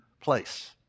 place